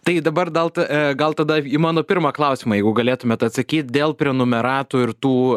tai dabar dal ta e gal tada į mano pirmą klausimą jeigu galėtumėt atsakyt dėl prenumeratų ir tų